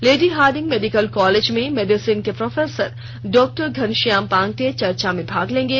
lady Hardinge medical college में medicine के professor doctor Ghanshyam Pangte चर्चा में भाग लेंगे